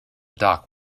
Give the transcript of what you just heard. dock